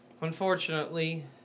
Unfortunately